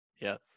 Yes